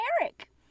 Eric